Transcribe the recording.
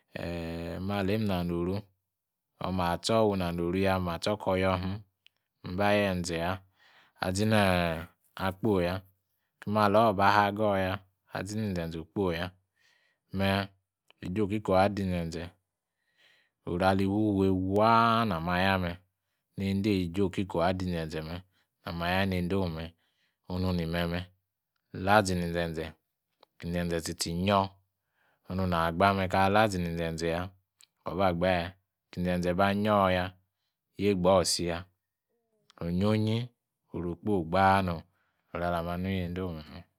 Eeeh, malem inanoru ami acho mi na noru ya ma' chor ami acho, mina kor yor him. lMba yenze ya, a zinee' ak polya. Aki ma alo ba hagor ya, azini 'nzeze okposiya. Mé, oje akikor abadi'nzeze, oru ali fufe wa na ma nu me, onuna zini eje okikor oba dinzeze alama ya niyendong la zimi me, onu ini meme’ la zini inzeze, ki inzeze tsitsi inyor, onu naa-gba me. Aká ala zini in zeze ya, wa bagbaya. Akir inzeze ba anyor ya, yegba me. Atra oor isiya, onyoyi, oruogbosi, gbaahom oru aclama nu yendong-me' ni mi me'.